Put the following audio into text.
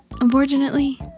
unfortunately